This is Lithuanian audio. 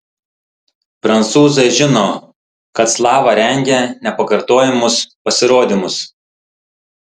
prancūzai žino kad slava rengia nepakartojamus pasirodymus